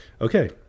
Okay